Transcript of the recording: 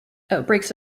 outbreaks